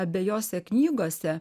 abejose knygose